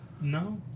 no